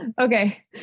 Okay